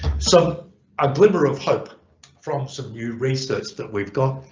so a glimmer of hope from some new research that we've got